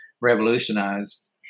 revolutionized